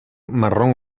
marrón